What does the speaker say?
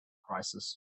crisis